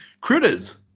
Critters